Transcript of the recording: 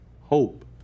hope